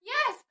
Yes